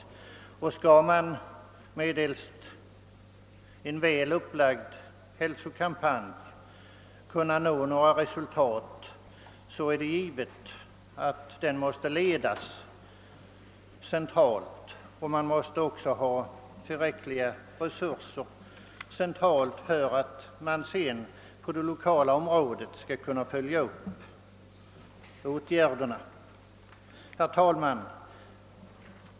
Skall man kunna nå några resultat medelst en väl upplagd hälsokampanj är det givet att den måste ledas centralt, och man måste också ha tillräckliga resurser centralt för att kunna följa upp åtgärderna lokalt. Herr talman!